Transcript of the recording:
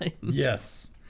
Yes